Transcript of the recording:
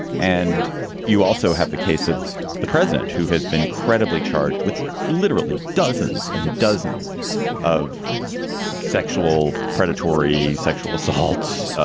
and you also have the case of the president who has been credibly charged with literally dozens and dozens of sexual predatory sexual assaults,